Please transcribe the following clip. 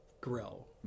grill